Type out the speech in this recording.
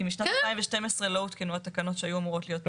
כי משנת 2012 לא הותקנו התקנות שהיו אמורות להיות מותקנות.